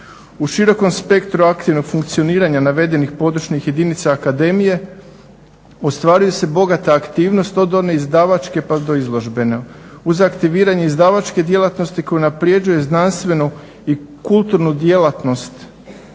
U širokom spektru aktivnog funkcioniranja navedenih područnih jedinica akademije ostvaruju se bogate aktivnosti, od one izdavačke pa do izložbene. Uz aktiviranje izdavačke djelatnosti koja unapređuje znanstvenu i kulturnu djelatnost